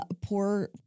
poor